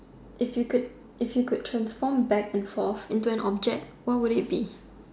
if you could if you could transfer back and fore into an object what would it be